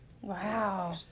Wow